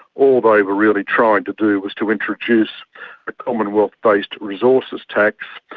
all they were really trying to do was to introduce a commonwealth-based resources tax,